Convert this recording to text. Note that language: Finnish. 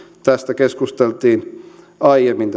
tästä vaalirahoituksesta keskusteltiin aiemmin